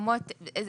אוקיי.